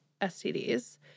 STDs